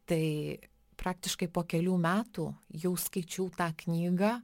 tai praktiškai po kelių metų jau skaičiau tą knygą